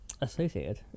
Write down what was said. associated